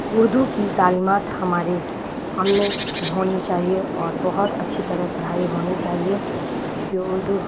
اردو کی تعلیمات ہماری قوم میں ہونی چاہیے اور بہت اچھی طرح پڑھائی ہونی چاہیے کیونکہ اردو